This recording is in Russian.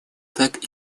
так